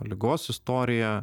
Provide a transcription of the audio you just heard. ligos istorija